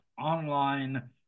online